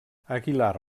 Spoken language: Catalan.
aguilar